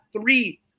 three